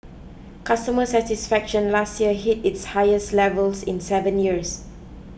customer satisfaction last year hit its highest levels in seven years